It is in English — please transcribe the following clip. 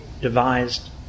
devised